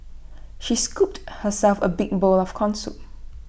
she scooped herself A big bowl of Corn Soup